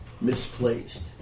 misplaced